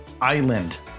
Island